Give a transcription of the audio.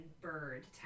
bird